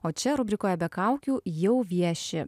o čia rubrikoje be kaukių jau vieši